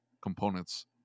components